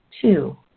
Two